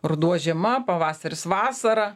ruduo žiema pavasaris vasara